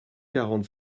quarante